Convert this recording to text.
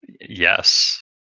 Yes